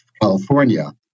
California